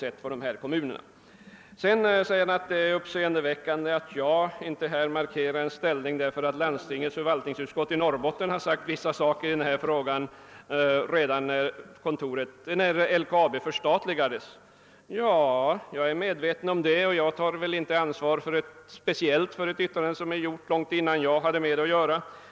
Sedan sade Lars Eliasson att det är uppseendeväckande att jag inte intar en annan ställning, eftersom landstingets förvaltningsutskott i Norrbotten yttrade vissa saker i den här frågan redan när LKAB förstatligades. Jag är medveten om det, men jag kan väl inte ta något speciellt ansvar för ett yttrande som är gjort långt innan jag hade med landstinget att göra.